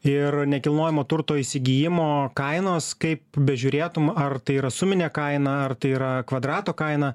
ir nekilnojamo turto įsigijimo kainos kaip bežiūrėtum ar tai yra suminė kaina ar tai yra kvadrato kaina